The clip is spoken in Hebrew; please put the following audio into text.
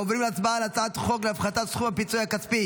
אנחנו עוברים כעת להצבעה על הצעת חוק להפחתת סכום הפיצוי הכספי